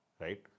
right